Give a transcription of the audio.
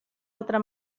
altra